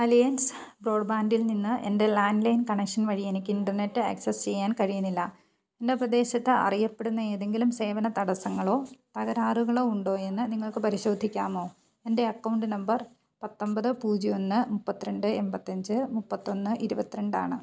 alliance ബ്രോഡ്ബാൻഡിൽ നിന്ന് എൻ്റെ ലാൻലൈൻ കണക്ഷൻ വഴി എനിക്ക് ഇൻറ്റർനെറ്റ് ആക്സസ് ചെയ്യാൻ കഴിയുന്നില്ല എൻ്റെ പ്രദേശത്ത് അറിയപ്പെടുന്ന ഏതെങ്കിലും സേവന തടസ്സങ്ങളോ തകരാറുകളോ ഉണ്ടോ എന്നു നിങ്ങൾക്ക് പരിശോധിക്കാമോ എൻ്റെ അക്കൗണ്ട് നമ്പർ പത്തൊമ്പത് പൂജ്യം ഒന്ന് മുപ്പത്തി രണ്ട് എൺപത്തി ത്തഞ്ച് മുപ്പത്തി ഒന്ന് ഇരുപത്തി രണ്ടാണ്